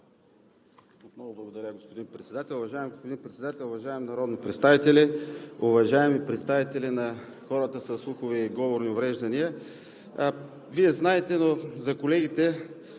Уважаеми господин Председател, уважаеми народни представители, уважаеми представители на хората със слухови и говорни увреждания! Вие знаете, но да кажа